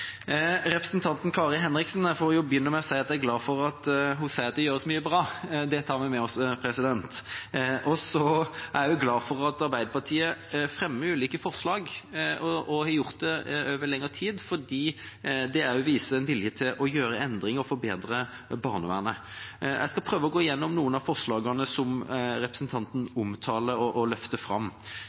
representanten Kari Henriksen: Jeg får jo begynne med å si at jeg er glad for at hun sier at det gjøres mye bra. Det tar vi med oss. Så er jeg også glad for at Arbeiderpartiet fremmer ulike forslag, og har gjort det over lengre tid, fordi det også viser en vilje til å gjøre endringer og forbedre barnevernet. Jeg skal prøve å gå igjennom noen av forslagene som representanten omtaler og løfter fram.